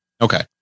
Okay